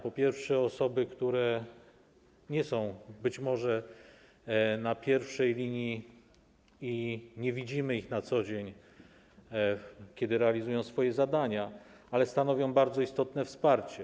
pierwsze, chodzi o osoby, które nie są być może na pierwszej linii i nie widzimy ich na co dzień, kiedy realizują swoje zadania, ale stanowią one bardzo istotne wsparcie.